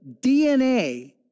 DNA